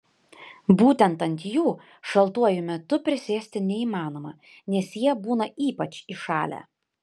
būtent ant jų šaltuoju metu prisėsti neįmanoma nes jie būna ypač įšalę